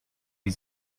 wie